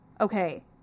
Okay